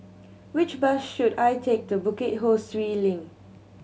which bus should I take to Bukit Ho Swee Link